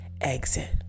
exit